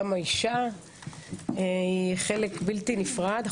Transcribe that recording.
גם האישה היא חלק בלתי נפרד.